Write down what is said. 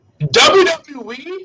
WWE